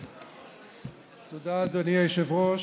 תודה, אדוני היושב-ראש,